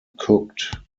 cooked